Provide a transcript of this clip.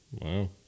Wow